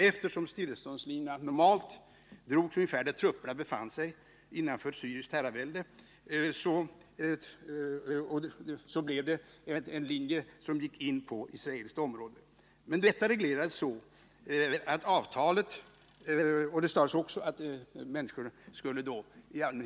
Eftersom stilleståndslinjerna normalt drogs ungefär där trupperna befann sig kom en del områden av israeliskt/palestinskt land att befinna sig innanför syriskt herravälde.